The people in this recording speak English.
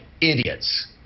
idiots